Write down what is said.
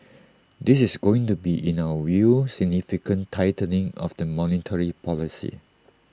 this is going to be in our view significant tightening of the monetary policy